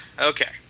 Okay